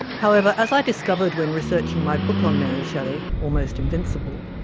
however, as i discovered when researching my book on mary shelley, almost invincible,